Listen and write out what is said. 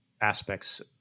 aspects